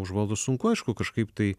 užvaldo sunku aišku kažkaip tai